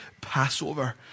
Passover